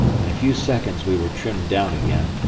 in a few seconds we were trimmed down again,